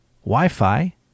Wi-Fi